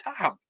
time